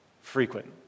frequent